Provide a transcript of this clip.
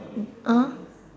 uh